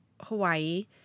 hawaii